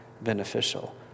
beneficial